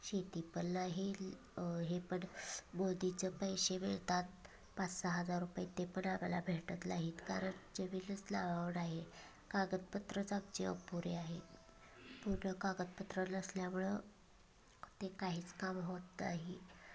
शेती पण नाही हे पण मोदीचे पैसे मिळतात पाचसहा हजार रुपये ते पण आम्हाला भेटत लाहीत कारण जमीनच नावावर नाही कागदपत्रच आमचे अपुरे आहेत पूर्ण कागदपत्रं नसल्यामुळं ते काहीच काम होत नाही